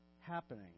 happening